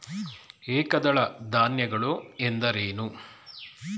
ಏಕದಳ ಧಾನ್ಯಗಳು ಎಂದರೇನು?